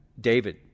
David